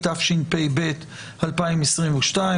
התשפ"ב-2022,